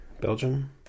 Belgium